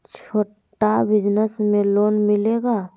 छोटा बिजनस में लोन मिलेगा?